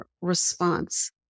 response